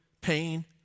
pain